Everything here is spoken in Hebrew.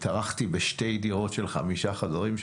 התארחתי בשתי דירות בנות חמישה חדרים,